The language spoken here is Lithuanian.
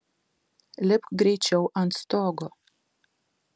lipk greičiau ant stogo